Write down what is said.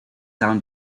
town